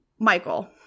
Michael